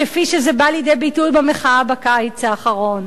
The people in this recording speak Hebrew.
כפי שזה בא לידי ביטוי במחאה בקיץ האחרון.